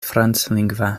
franclingva